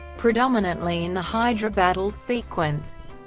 predominantly in the hydra battle sequence.